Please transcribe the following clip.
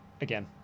Again